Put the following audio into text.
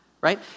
right